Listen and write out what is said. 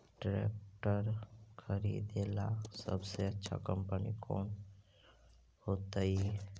Tractor खरीदेला सबसे अच्छा कंपनी कौन होतई?